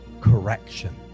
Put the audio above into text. correction